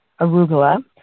arugula